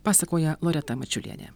pasakoja loreta mačiulienė